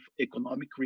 economic